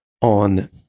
on